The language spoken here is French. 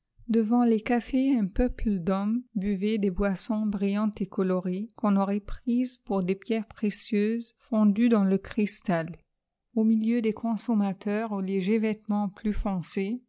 devant les cafés un peuple d'hommes buvait des boissons briflantes et colorées qu'on aurait prises pour des pierres précieuses fondues dans le cristal au milieu des consommateurs aux légers vêtements plus foncés